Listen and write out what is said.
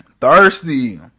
Thirsty